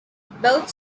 both